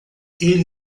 ele